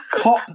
Pop